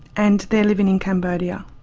and they're living in cambodia.